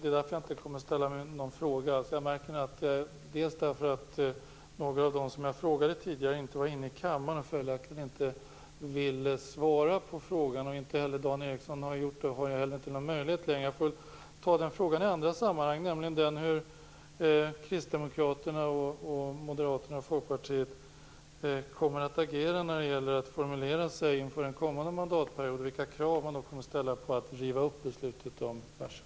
Några av dem som jag ställde frågor till tidigare var inte inne i kammaren och vill följaktligen inte svara. Dan Ericsson har inte heller någon mer möjlighet att svara mig. Jag får ta upp min fråga i andra sammanhang, om hur Kristdemokraterna, Moderaterna och Folkpartiet kommer att formulera sig inför den kommande mandatperioden. Vilka krav kommer de att ställa på att beslutet om Barsebäck skall rivas upp?